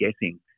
guessing